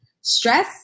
stress